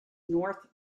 north